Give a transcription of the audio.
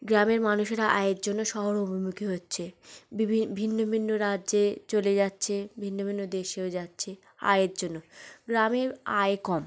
গ্রামের মানুষেরা আয়ের জন্য শহর অভিমুখী হচ্ছে ভিন্ন ভিন্ন রাজ্যে চলে যাচ্ছে ভিন্ন ভিন্ন দেশেও যাচ্ছে আয়ের জন্য গ্রামের আয় কম